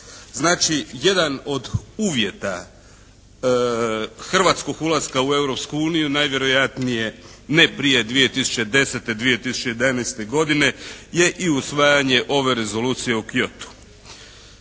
Znači jedan od uvjeta hrvatskog ulaska u Europsku uniju najvjerojatnije ne prije 2010., 2011. godine, je i usvajanje ove Rezolucije o Kyotu.